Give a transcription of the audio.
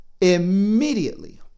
immediately